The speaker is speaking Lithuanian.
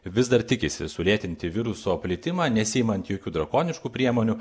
vis dar tikisi sulėtinti viruso plitimą nesiimant jokių drakoniškų priemonių